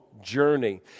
journey